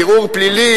ערעור פלילי